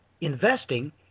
investing